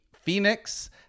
Phoenix